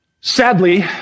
Sadly